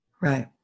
Right